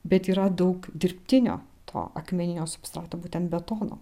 bet yra daug dirbtinio to akmeninio substrato būtent betono